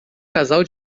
casal